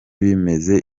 bimeze